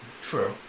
True